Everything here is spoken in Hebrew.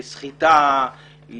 לסחיטה,